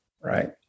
Right